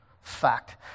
fact